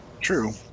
True